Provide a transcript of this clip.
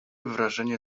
wrażenie